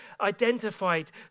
identified